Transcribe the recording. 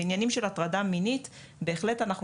במקרים שעניינם הטרדה מינית בהחלט אנחנו